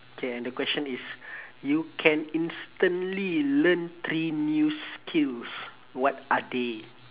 okay and the question is you can instantly learn three new skills what are they